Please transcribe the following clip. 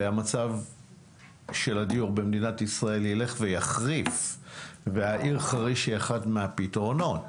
ובמצב של הדיור במדינת ישראל העיר חריש מהווה אחד הפתרונות